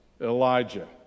Elijah